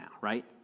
right